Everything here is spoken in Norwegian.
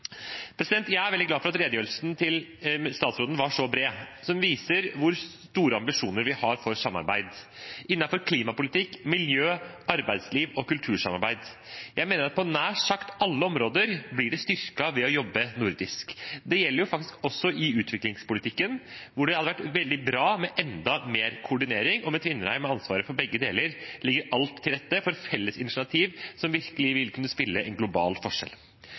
Jeg er veldig glad for at redegjørelsen til statsråden var så bred og viser hvor store ambisjoner vi har for samarbeid innenfor klimapolitikk, miljø, arbeidsliv og kultur. Jeg mener at nær sagt alle områder blir styrket ved å jobbe nordisk. Det gjelder faktisk også i utviklingspolitikken, hvor det hadde vært veldig bra med enda mer koordinering. Med statsråd Tvinnereim med ansvaret for begge deler ligger alt til rette for felles initiativ som virkelig vil kunne spille en global forskjell.